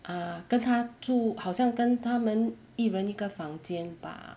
ah 跟他住好像跟他们一人一个房间 bah